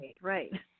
right